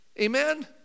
Amen